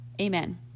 Amen